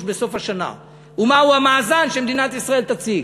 בסוף השנה ומהו המאזן שמדינת ישראל תציג.